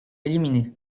éliminées